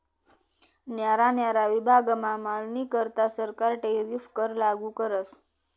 न्यारा न्यारा विभागमा मालनीकरता सरकार टैरीफ कर लागू करस